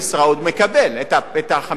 הוא עוד מקבל 5%,